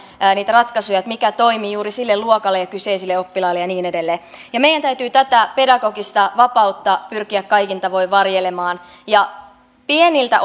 niitä ratkaisuja mikä toimii juuri sille luokalle ja kyseisille oppilaille ja niin edelleen meidän täytyy tätä pedagogista vapautta pyrkiä kaikin tavoin varjelemaan pieniltä